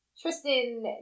Tristan